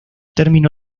terminó